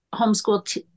homeschool